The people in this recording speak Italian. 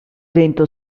vento